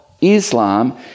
Islam